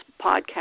podcast